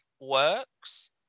works